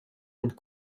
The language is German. und